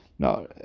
No